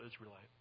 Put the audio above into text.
israelite